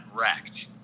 wrecked